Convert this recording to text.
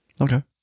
Okay